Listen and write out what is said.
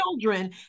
children